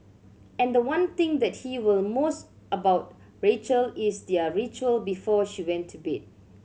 and the one thing that he will most about Rachel is their ritual before she went to bed